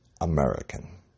American